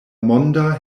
monda